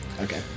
Okay